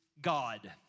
God